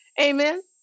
Amen